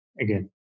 again